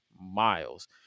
Miles